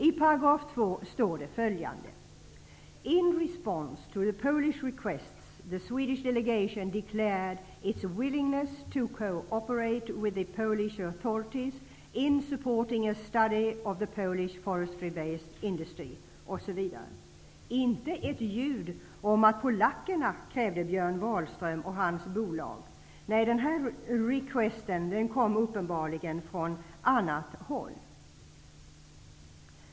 I 2 § står det bl.a. följande: ''In respons to Polish requests, the Swedish delegation declared its willingness to cooperate with the Polish authorities in supporting a study of the Polish forestry based industry.'' Inte ett ljud om att polackerna krävde Björn kom uppenbarligen från annat håll.